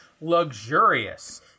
Luxurious